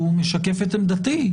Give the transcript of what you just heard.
הוא משקף את עמדתי.